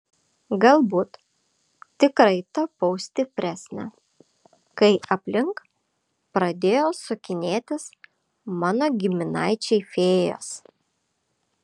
galbūt tikrai tapau stipresnė kai aplink pradėjo sukinėtis mano giminaičiai fėjos